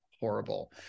horrible